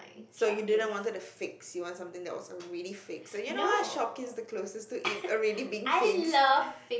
so you didn't wanted the fix you want something that was already fixed so you know what Shopkins' the closest to it already being fixed